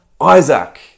Isaac